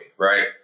right